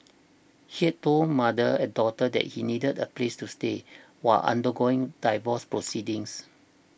he had told mother and daughter that he needed a place to stay while undergoing divorce proceedings